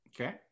Okay